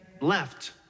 left